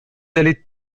allez